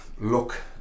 look